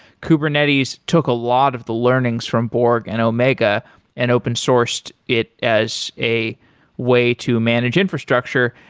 kubernetes took a lot of the learnings from borg and omega and open sourced it as a way to manage infrastructure.